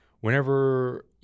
whenever